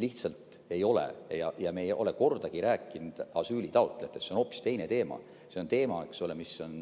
lihtsalt ei ole ja me ei ole kordagi rääkinud asüülitaotlejatest, see on hoopis teine teema. See on teema, mis on